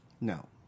no